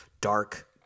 dark